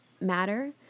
matter